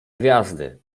gwiazdy